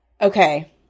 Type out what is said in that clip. okay